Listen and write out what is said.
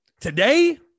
today